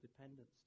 dependence